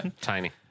Tiny